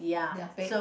they're big